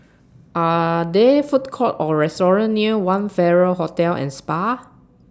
Are There Food Courts Or restaurants near one Farrer Hotel and Spa